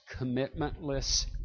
commitmentless